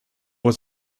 was